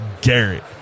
Garrett